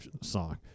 song